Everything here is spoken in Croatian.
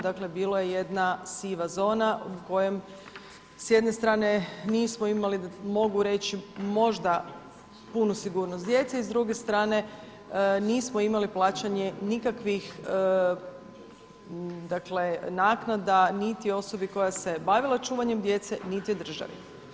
Dakle, bilo je jedna siva zona u kojem s jedne strane nismo imali mogu reći možda punu sigurnost djece i s druge strane nismo imali plaćanje nikakvih, dakle naknada niti osobi koja se bavila čuvanjem djece, niti državi.